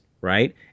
right